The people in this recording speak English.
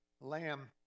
lamb